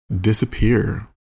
disappear